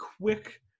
quick